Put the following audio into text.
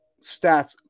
stats